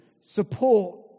support